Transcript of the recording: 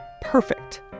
perfect